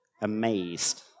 amazed